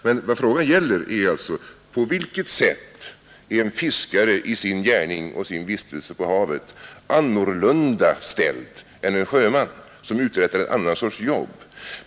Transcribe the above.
Men vad frågan gäller är alltså: På vilket sätt är en fiskare i sin gärning och sin vistelse på havet annorlunda ställd än en sjöman som uträttar ett annat slags jobb?